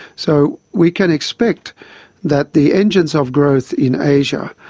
so we can expect that the engines of growth in asia,